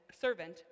servant